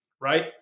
right